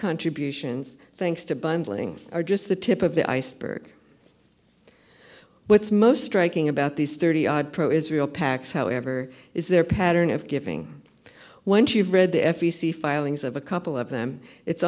contributions thanks to bumbling are just the tip of the iceberg what's most striking about these thirty odd pro israel pacts however is their pattern of giving once you've read the f e c filings of a couple of them it's